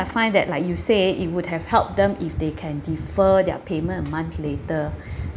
find that like you say it would have helped them if they can defer their payment a month later